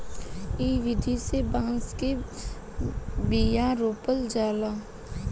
इ विधि से बांस के बिया रोपल जाला